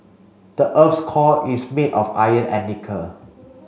the earth's core is made of iron and nickel